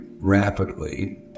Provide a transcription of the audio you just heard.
rapidly